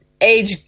age